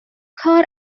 کار